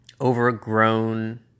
overgrown